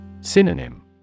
Synonym